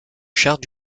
charte